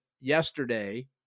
yesterday